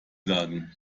sagen